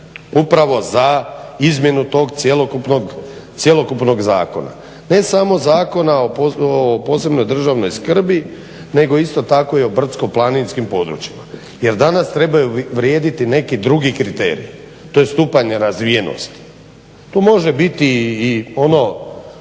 upravo za izmjenu tog cjelokupnog zakona. Ne samo zakona o posebnoj državnoj skrbi nego isto tako i o brdsko planinskim područjima jer danas trebaju vrijediti neki drugi kriteriji. To je stupanj nerazvijenosti. To može biti i ono